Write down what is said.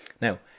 Now